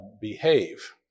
behave